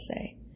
say